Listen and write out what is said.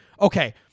Okay